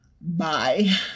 Bye